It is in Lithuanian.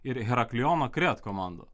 ir herakliono crete komandų